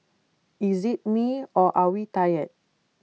is IT me or are we tired